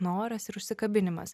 noras ir užsikabinimas